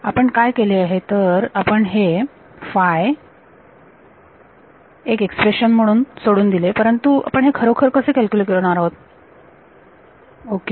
आपण काय केले तर आपण हे एक एक्स्प्रेशन म्हणून सोडून दिले परंतु आपण हे खरोखर कसे कॅल्क्युलेट करणार आहोत ओके